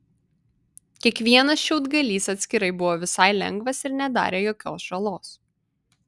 kiekvienas šiaudgalys atskirai buvo visai lengvas ir nedarė jokios žalos